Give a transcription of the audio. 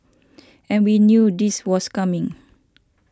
and we knew this was coming